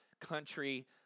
country